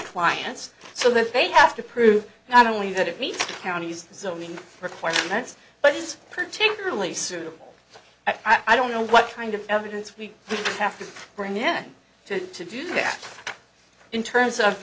clients so live they have to prove not only that it means counties zoning requirements but it's particularly suitable i don't know what kind of evidence we have to bring him to to do that in terms of